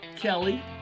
kelly